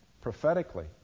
prophetically